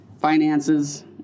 finances